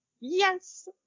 Yes